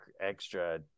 extra